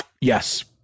Yes